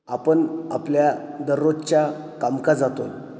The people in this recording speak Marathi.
आपण आपल्या दररोजच्या कामकाजातून